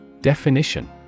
Definition